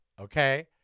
Okay